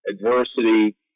adversity